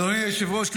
אדוני היושב-ראש,